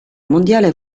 mondiale